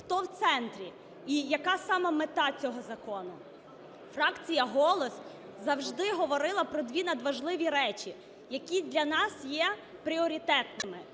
хто в центрі і яка саме мета цього закону. Фракція "Голос" завжди говорила про дві надважливі речі, які для нас є пріоритетними.